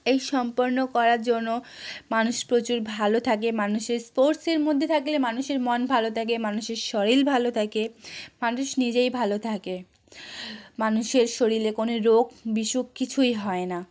এই সম্পন্ন করার জন্য মানুষ প্রচুর ভালো থাকে মানুষের স্পোর্টসের মধ্যে থাকলে মানুষের মন ভালো থাকে মানুষের শরীর ভালো থাকে মানুষ নিজেই ভালো থাকে মানুষের শরীরে কোনো রোগ বিসুখ কিছুই হয় না